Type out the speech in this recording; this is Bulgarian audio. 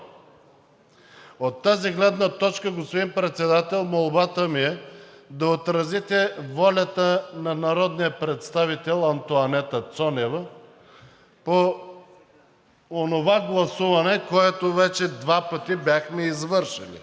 От тази гледна точка, господин Председател, молбата ми е да отразите волята на народния представител Антоанета Цонева по онова гласуване, което вече два пъти бяхме извършили,